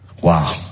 Wow